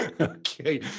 Okay